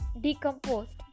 decomposed